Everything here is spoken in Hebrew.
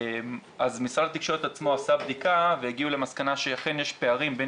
אז משרד התקשורת עצמו עשה בדיקה והם הגיעו למסקנה שאכן יש פערים בין